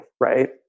right